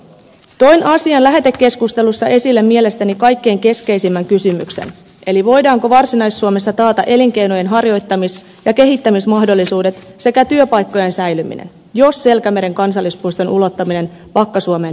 toin asian lähetekeskustelussa esille mielestäni kaikkein keskeisimmän kysymyksen eli voidaanko varsinais suomessa taata elinkeinojen harjoittamis ja kehittämismahdollisuudet sekä työpaikkojen säilyminen jos selkämeren kansallispuiston ulottaminen vakka suomeen hyväksytään